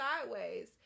sideways